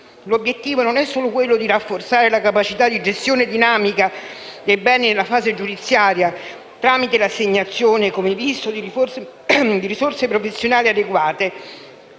L'obbiettivo non è solo quello di rafforzare la capacità di gestione dinamica dei beni nella fase giudiziaria tramite l'assegnazione, come visto, di risorse professionali adeguate,